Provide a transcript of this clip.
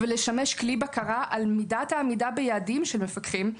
ולשמש כלי בקרה על מידת העמידה ביעדים של מפקחים,